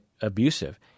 abusive